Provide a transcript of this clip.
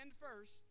first